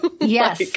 Yes